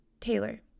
taylor